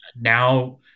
now